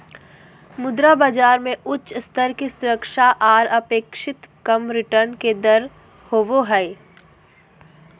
मुद्रा बाजार मे उच्च स्तर के सुरक्षा आर अपेक्षाकृत कम रिटर्न के दर होवो हय